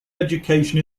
education